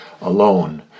alone